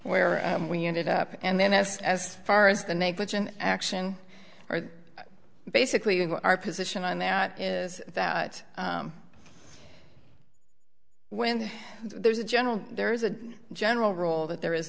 where we ended up and then that's as far as the negligent action or basically our position on that is that when there's a general there is a general rule that there is